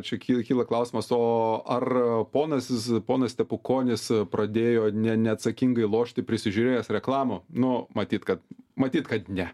čia ky kyla klausimas o ar ponas ponas stepukonis pradėjo ne neatsakingai lošti prisižiūrėjęs reklamų nu matyt kad matyt kad ne